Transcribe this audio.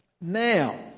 Now